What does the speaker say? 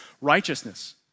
righteousness